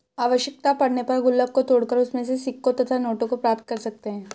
आवश्यकता पड़ने पर गुल्लक को तोड़कर उसमें से सिक्कों तथा नोटों को प्राप्त कर सकते हैं